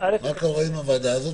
מה קורה עם הוועדה הזאת?